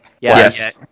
Yes